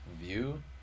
view